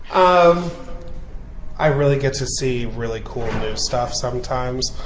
um i really get to see really cool new stuff sometimes.